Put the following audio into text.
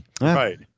Right